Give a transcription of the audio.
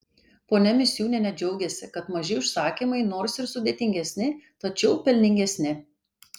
ponia misiūnienė džiaugiasi kad maži užsakymai nors ir sudėtingesni tačiau pelningesni